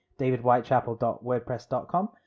davidwhitechapel.wordpress.com